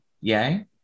Yay